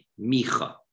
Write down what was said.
Micha